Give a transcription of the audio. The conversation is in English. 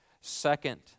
Second